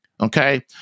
Okay